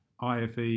IFE